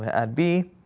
ad b,